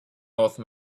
norse